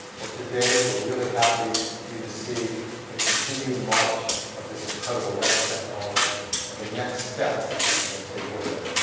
well today, we're really happy for you to see the continuing march of this incredible retina technology and the next step we're going to take with it.